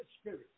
Spirit